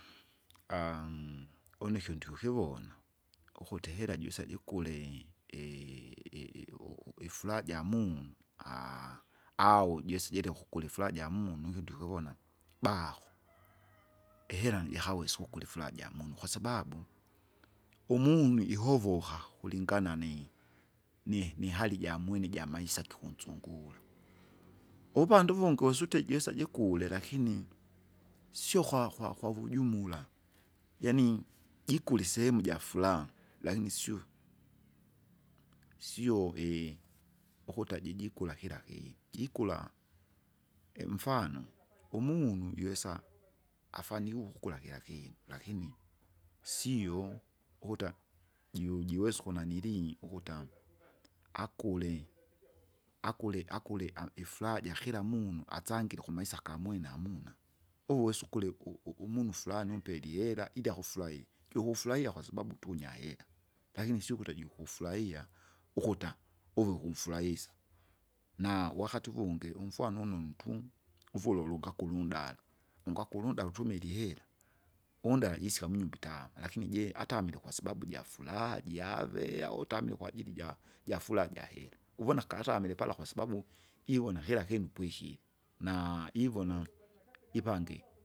une kyu ndukukivona, ukuti ihera juise jikulee i- i- i- u- u- ifura jamunu? au jese jireke ukula ifura jamunu iki ndukivona, baho, ihera jikawesa kukula ifuraha jamunu. Kwasababu, umunu ihovoka kulingana ni- ni- nihali jamwene jamaisa kikunsungura, uvandu uvungi wunsute jiwesa jikule lakini, sio kwa- kwa- kwavujumula. Yaani, jikule isemu jafura, lakini sio- sio i- ukuta jijikula kira kinu, jikula, mfano umunu jiwesa, afanikiwe ukukula kila kinu, lakini sio ukuta jujuwesa ukunanilii, ukuta akule, akule akule ai- ifuraha jakira munu asangire kumaisa gamwene hamuna. Uweso ukuli u- u- umunu frani umpele ihera, ili akufurahi, jukufurahia kwasababu tunyahera. Lakini sio ukuti ajukufurahia, ukuta uve kumfurahisa, na wakati uvungi umfwano ununu tu, uvulola ungakulundala, ungakula undala utumile ihera, undala jisika munyumba itama, lakini je atamile kwasababu jafuraha jave au utamile kwajili ja- jafuraha jahera? uvona katamile pala kwasabau ivona kira kinu pwikire, na ivona, ipange.